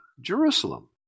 Jerusalem